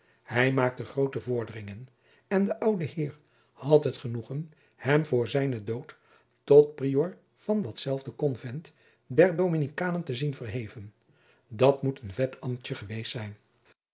hij maakte groote vorderingen en de oude heer had het genoegen hem voor zijnen dood tot prior van datzelfde konvent der dominikanen te zien verheven dat moet een vet ambtje geweest zijn